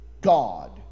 God